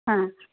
হ্যাঁ